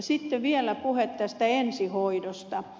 sitten vielä puhe tästä ensihoidosta